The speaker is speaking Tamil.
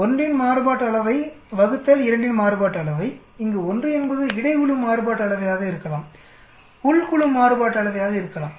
1 இன் மாறுபாட்டு அளவை 2 இன் மாறுபாட்டு அளவை இங்கு 1 என்பது இடை குழு மாறுபாட்டு அளவையாக இருக்கலாம் உள் குழு மாறுபாட்டு அளவையாக இருக்கலாம்